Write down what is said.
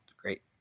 great